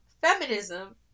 feminism